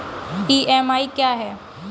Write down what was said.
EMI क्या है?